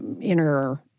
inner